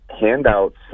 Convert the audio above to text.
handouts